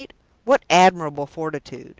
what admirable fortitude!